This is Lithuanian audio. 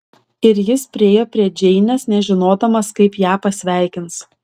ir jis priėjo prie džeinės nežinodamas kaip ją pasveikins